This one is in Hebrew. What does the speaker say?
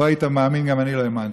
לא היית מאמין, גם אני לא האמנתי.